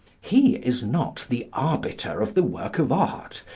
he is not the arbiter of the work of art.